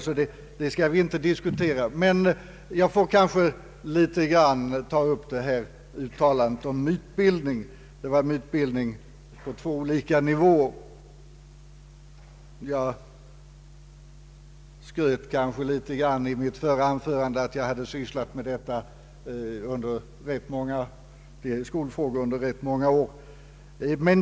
Låt mig i stället ta upp hans tal om mytbildningen på två olika nivåer. I mitt förra anförande skröt jag kan ske litet med att jag sysslat med skolfrågor under rätt många år.